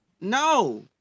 No